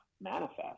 manifest